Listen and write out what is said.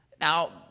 Now